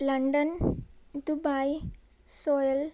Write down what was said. London Dubai Seoul